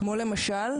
כמו למשל,